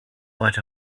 but